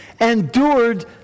endured